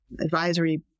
advisory